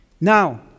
now